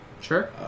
Sure